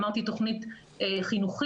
אמרתי תכנית חינוכית.